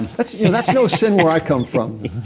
that's yeah that's no sin where i come from.